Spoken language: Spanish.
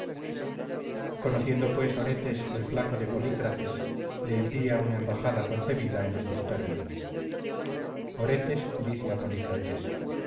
conociendo pues oretes el flaco de polícrates le envía una embajada concebida en estos términos oretes dice a